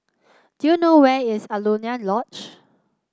do you know where is Alaunia Lodge